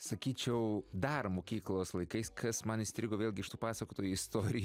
sakyčiau dar mokyklos laikais kas man įstrigo vėlgi iš tų pasakotų istorijų